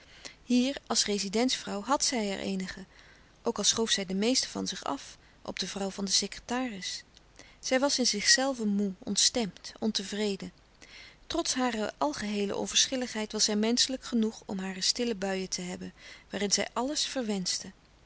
hier als rezidentsvrouw had zij er eenige ook al schoof zij de meeste van zich af op de vrouw van den secretaris zij was in zichzelve moê ontstemd ontevreden trots hare algeheele onverschilligheid was zij menschelijk genoeg om hare stille buien te hebben waarin zij alles verwenschte